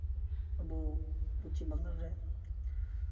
ᱟᱵᱚ ᱯᱚᱥᱪᱤᱢᱵᱟᱝᱞᱟ ᱨᱮ